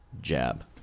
jab